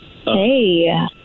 Hey